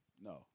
no